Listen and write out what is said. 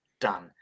done